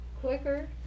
quicker